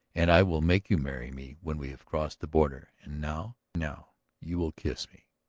and i will make you marry me when we have crossed the border. and now. now you will kiss me.